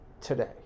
today